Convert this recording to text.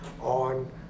on